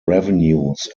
revenues